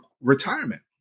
retirement